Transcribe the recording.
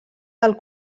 del